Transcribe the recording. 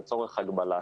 לצורך הקבלה,